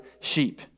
sheep